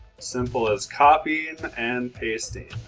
simple as copying and pasting